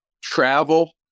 travel